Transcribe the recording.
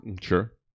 Sure